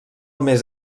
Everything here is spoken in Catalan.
més